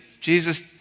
Jesus